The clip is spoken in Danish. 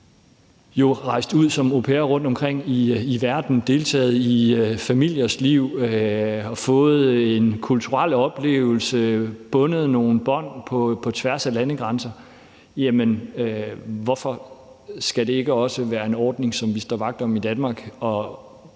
rejst ud som au pairer rundtomkring i verden, deltaget i familiers liv, fået en kulturel oplevelse og bundet nogle bånd på tværs af landegrænser. Hvorfor skal det ikke også være en ordning, som vi står vagt om i Danmark,